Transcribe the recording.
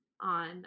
on